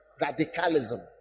radicalism